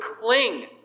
cling